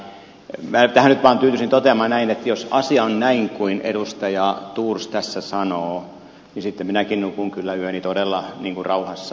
minä tähän nyt vaan tyytyisin toteamaan näin että jos asia on näin kuin edustaja thors tässä sanoo niin sitten minäkin nukun kyllä yöni todella rauhassa